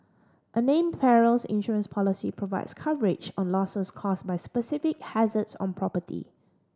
a named perils insurance policy provides coverage on losses caused by specific hazards on property